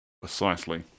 Precisely